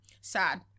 sad